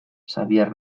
xabier